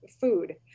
food